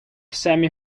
semi